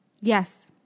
Yes